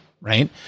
Right